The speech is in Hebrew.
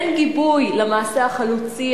אין גיבוי למעשה החלוצי,